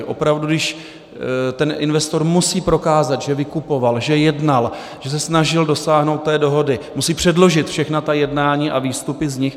Opravdu, když ten investor musí prokázat, že vykupoval, že jednal, že se snažil dosáhnout té dohody, musí předložit všechna ta jednání a výstupy z nich.